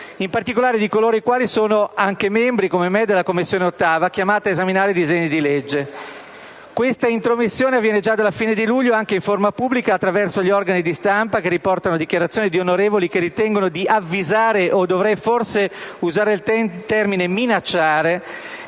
in particolare di coloro i quali come me sono anche membri dell'8a Commissione, chiamata a esaminare i disegni di legge. Questa intromissione si è verificata già dalla fine di luglio, anche in forma pubblica attraverso gli organi di stampa, che riportano dichiarazioni di onorevoli che ritengono di dover avvisare (o dovrei forse usare il termine minacciare)